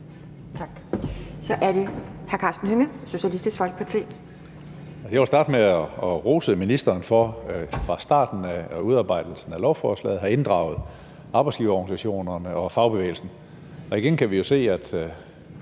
Så er det hr. Karsten Hønge, Socialistisk Folkeparti. Kl. 11:37 Karsten Hønge (SF): Jeg vil starte med at rose ministeren for fra starten af udarbejdelsen af lovforslaget at have inddraget arbejdsgiverorganisationerne og fagbevægelsen. Igen kan vi jo se, at